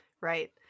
Right